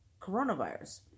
coronavirus